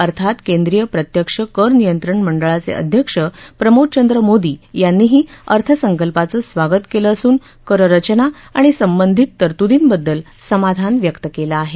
अर्थात केंद्रीय प्रत्यक्ष कर नियंत्रण मंडळाचे अध्यक्ष प्रमोद चंद्र मोदी यांनीही अर्थसंकल्पाचं स्वागत केलं असून कररचना आणि संबंधित तरतुदींबद्दल समाधान व्यक्त केलं आहे